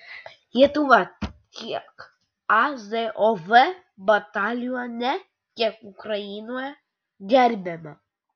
lietuva tiek azov batalione tiek ukrainoje gerbiama